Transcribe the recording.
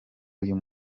uyu